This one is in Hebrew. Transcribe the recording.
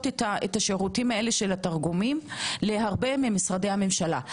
את השירותים האלה של התרגומים להרבה ממשרדי הממשלה.